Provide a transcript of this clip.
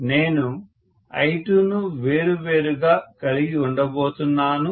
నేను I2ను వేరు వేరుగా కలిగి ఉండబోతున్నాను